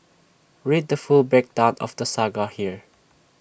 read the full breakdown of the saga here